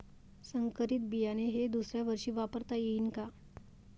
संकरीत बियाणे हे दुसऱ्यावर्षी वापरता येईन का?